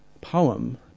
poem